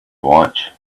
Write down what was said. watch